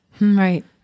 right